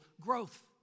growth